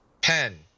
Pen